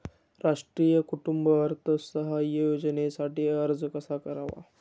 राष्ट्रीय कुटुंब अर्थसहाय्य योजनेसाठी अर्ज कसा करावा?